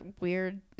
weird